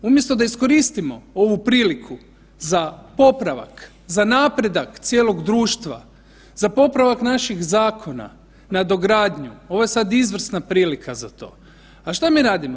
Umjesto da iskoristimo ovu priliku za popravak, za napredak cijelog društva, za popravak naših zakona, nadogradnju, ovo je sad izvrsna prilika za to, a što mi radimo?